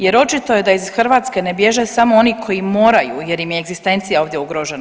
Jer očito je da iz Hrvatske ne bježe samo oni koji moraju jer im je egzistencija ovdje ugrožena.